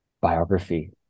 biography